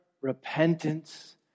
repentance